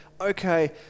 okay